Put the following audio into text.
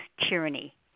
tyranny